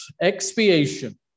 expiation